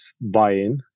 buy-in